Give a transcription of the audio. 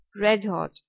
red-hot